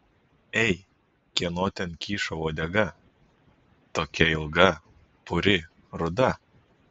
ei kieno ten kyšo uodega tokia ilga puri ruda